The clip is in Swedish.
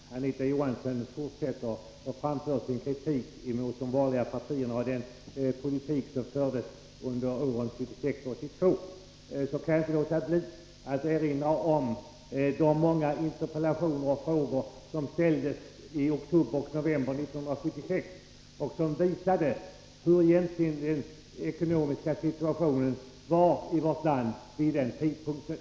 Fru talman! När Anita Johansson fortsätter att framföra sin kritik mot de borgerliga partierna och den politik som fördes under åren 1976-1982, kan jag inte låta bli att erinra om de många interpellationer och frågor som ställdes i oktober och november 1976 av socialdemokratiska riksdagsledamöter och som visade hur den ekonomiska situationen egentligen var i vårt land vid den tidpunkten.